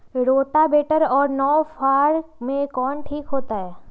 Rotavator और नौ फ़ार में कौन ठीक होतै?